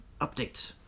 Update